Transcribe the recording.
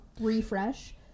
refresh